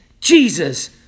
Jesus